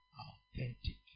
authentic